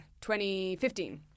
2015